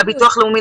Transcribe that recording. לביטוח לאומי,